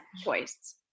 choice